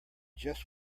just